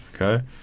okay